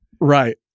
right